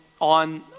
on